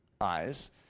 eyes